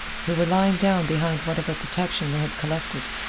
who were lying down behind whatever protection they had collected.